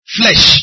flesh